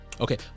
Okay